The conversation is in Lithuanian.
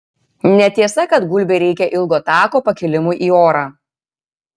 netiesa kad gulbei reikia ilgo tako pakilimui į orą